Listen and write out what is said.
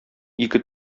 ике